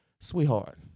sweetheart